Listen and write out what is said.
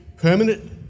Permanent